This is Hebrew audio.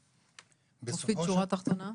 מופיד, שורה תחתונה.